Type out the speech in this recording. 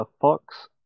Fox